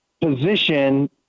position